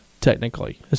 technically